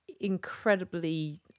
incredibly